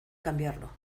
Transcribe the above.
cambiarlo